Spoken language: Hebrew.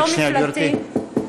גברתי.